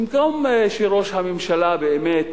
שבמקום שראש הממשלה באמת